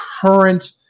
current